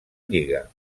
lliga